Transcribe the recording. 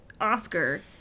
Oscar